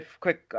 quick